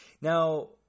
Now